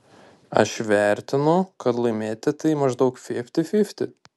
aš vertinu kad laimėti tai fifty fifty